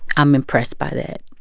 i'm impressed by that.